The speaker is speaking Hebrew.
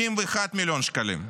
71 מיליון שקלים,